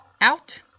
out